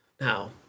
Now